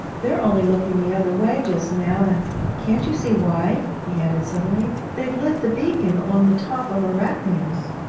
they're only looking the other way just now, and can't you see why he added suddenly, they've lit the beacon on the top of arachnaeus